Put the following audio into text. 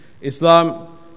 Islam